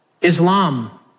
islam